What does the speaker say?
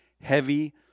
heavy